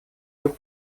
дух